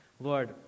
Lord